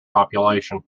population